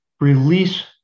release